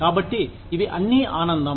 కాబట్టి ఇవి అన్నీ ఆనందం